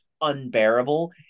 unbearable